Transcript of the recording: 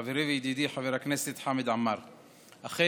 חברי וידידי חבר הכנסת חמד עמאר, אכן,